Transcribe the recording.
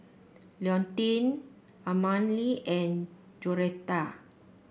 Leontine Amalie and Joretta